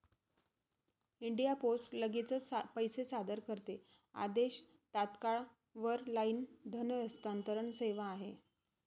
India post लगेचच पैसे सादर करते आदेश, तात्काळ वर लाईन धन हस्तांतरण सेवा आहे